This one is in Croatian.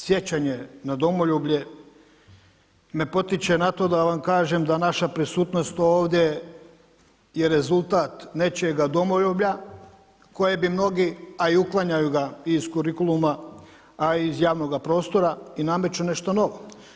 Sjećanje na domoljublje me potiče na to da vam kažem da naša prisutnost ovdje je rezultat nečijega domoljublja koje bi mnogi, a i uklanjaju ga iz kurikuluma, a i iz javnoga prostora i nameću nešto novo.